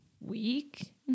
week